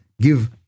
give